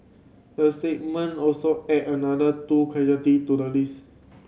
the statement also added another two casualty to the list